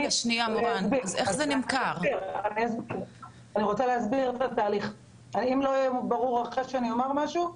אני אסביר את התהליך ואם אחרי זה לא יהיה ברור משהו,